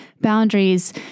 Boundaries